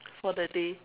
for the day